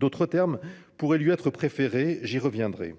D'autres termes pourraient lui être préférés, j'y reviendrai.